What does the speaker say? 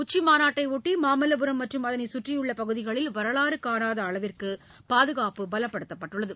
உச்சிமாநாட்டையொட்டிமாமல்லபுரம் அதனைசுற்றியுள்ளபகுதிகளில் மற்றம் வரலாறுகாணாதஅளவிற்குபாதுகாப்பு பலப்படுத்தப்பட்டுள்ளது